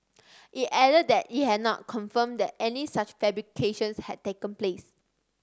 it added that it had not confirmed that any such fabrications had taken place